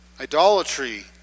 idolatry